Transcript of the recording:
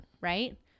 right